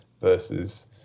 versus